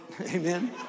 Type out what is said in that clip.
Amen